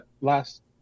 last